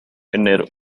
enero